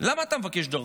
למה אתה מבקש דרכון?